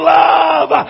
love